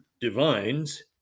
divines